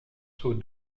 seaux